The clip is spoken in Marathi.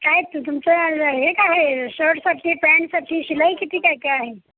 काय तू तुमचं हे काय आहे शर्टसाठी पॅन्टसाठी शिलाई किती काय काय आहे